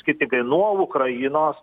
skirtingai nuo ukrainos